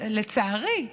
לצערי,